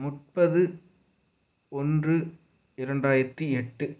முப்பது ஒன்று இரண்டாயிரத்தி எட்டு